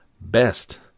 Best